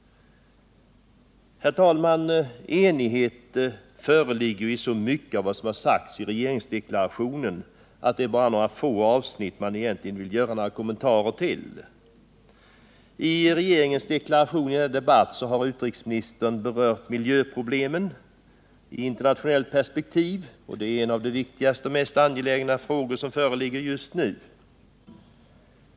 Herr talman! Enighet föreligger om så mycket som har sagts i regeringens deklaration i denna debatt, att det bara är några få avsnitt som jag egentligen vill göra några kommentarer till. I regeringsdeklarationen har utrikesministern berört miljöproblemen i internationellt perspektiv, och det är en av de viktigaste och mest angelägna frågor som föreligger just nu.